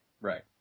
Right